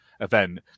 event